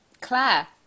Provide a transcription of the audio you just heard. claire